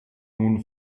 nun